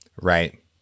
Right